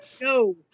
no